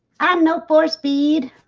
i'm no poor speed